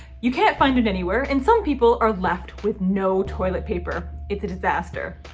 you can't find it anywhere and some people are left with no toilet paper. it's a disaster!